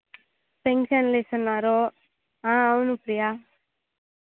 పెన్షన్లు ఇస్తున్నారు అవును ప్రియా